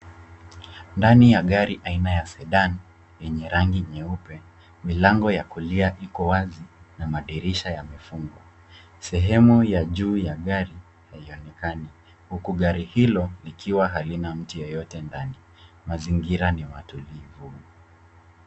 Ndani ya gari aina ya Sedan yenye rangi nyeupe, milango ya kulia iko wazi na madirisha yamefungwa. Sehemu ya juu ya gari haionekani uku gari hilo likiwa halina mtu yeyote ndani, mazingira ni matulivu.